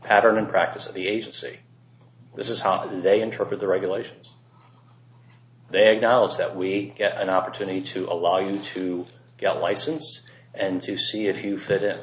pattern and practice of the agency this is how they interpret the regulations they acknowledge that we get an opportunity to allow you to get licensed and to see if you fit i